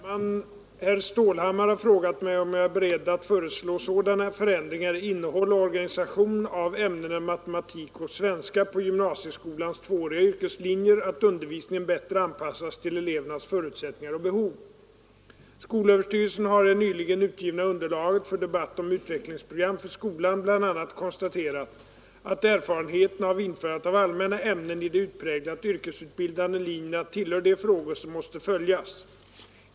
Herr talman! Herr Stålhammar har frågat mig, om jag är beredd att föreslå sådana förändringar i innehåll och organisation av ämnena matematik och svenska på gymnasieskolans tvååriga yrkeslinjer, att undervisningen bättre anpassas till elevernas förutsättningar och behov. Skolöverstyrelsen har i det nyligen utgivna underlaget för debatt om utvecklingsprogram för skolan bl.a. konstaterat, att erfarenheterna av införandet av allmänna ämnen i de utpräglat yrkesutbildande linjerna tillhör de frågor som måste följas.